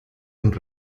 und